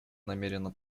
намерена